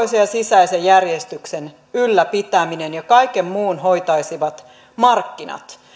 ulkoisen ja sisäisen järjestyksen ylläpitäminen ja kaiken muun hoitaisivat markkinat